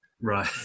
Right